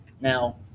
Now